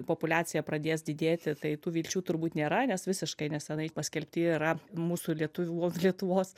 populiacija pradės didėti tai tų vilčių turbūt nėra nes visiškai nesenai paskelbti yra mūsų lietuvių lietuvos